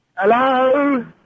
Hello